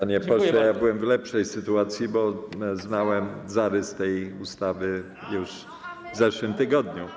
Panie pośle, ja byłem w lepszej sytuacji, bo znałem zarys tej ustawy już w zeszłym tygodniu.